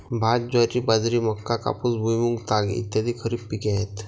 भात, ज्वारी, बाजरी, मका, कापूस, भुईमूग, ताग इ खरीप पिके आहेत